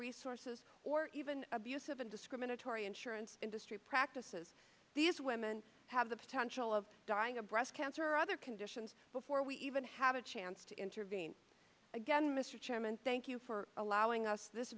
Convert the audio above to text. resources or even abusive and discriminatory insurance industry practices these women have the potential of dying of breast cancer or other conditions before we even have a chance to intervene again mr chairman thank you for allowing us this